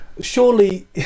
surely